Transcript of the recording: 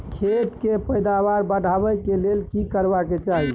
खेत के पैदावार बढाबै के लेल की करबा के चाही?